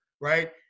right